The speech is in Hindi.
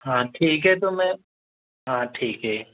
हाँ ठीक है तो मैं हाँ ठीक है